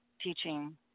teaching